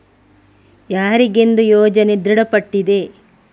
ಯಾರಿಗೆಂದು ಯೋಜನೆ ದೃಢಪಟ್ಟಿದೆ?